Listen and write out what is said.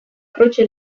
croce